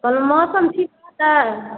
कहलहुँ मौसम ठीक रहतै